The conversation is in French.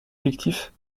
fictif